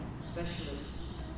specialists